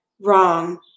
wrong